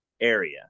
area